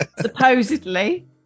Supposedly